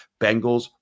Bengals